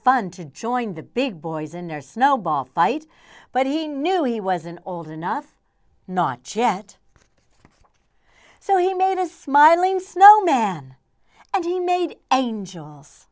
fun to join the big boys in their snowball fight but he knew he wasn't old enough not jet so he made a smiling snowman and he made angels